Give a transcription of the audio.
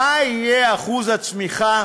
מה יהיו שיעור הצמיחה,